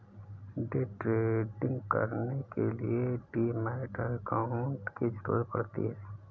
day trading करने के लिए डीमैट अकांउट की जरूरत पड़ती है